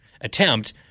attempt